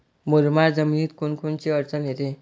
मुरमाड जमीनीत कोनकोनची अडचन येते?